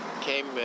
came